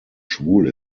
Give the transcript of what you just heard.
schwul